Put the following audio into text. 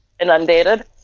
inundated